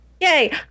Yay